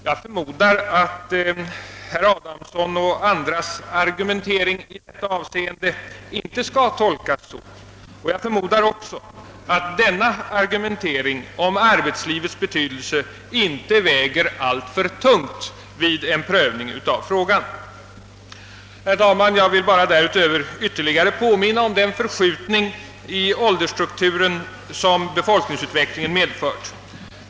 Jag förmodar att herr Adamsson och övriga som framfört det nämnda argumentet inte vill bli tolkade så, dvs. att erfarenheten från arbetslivet skulle väga så tungt vid en prövning av denna fråga. Herr talman! Därutöver vill jag ytterligare bara påminna om den förskjutning av åldersstrukturen som befolkningsutvecklingen medfört.